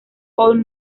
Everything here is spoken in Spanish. all